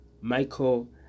Michael